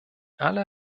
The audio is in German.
alle